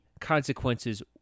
consequences